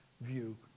view